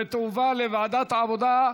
לוועדת העבודה,